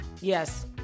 Yes